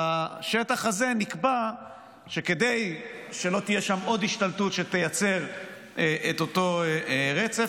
בשטח הזה נקבע שכדי שלא תהיה שם עוד השתלטות שתייצר את אותו רצף,